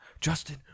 Justin